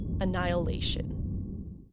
annihilation